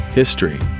history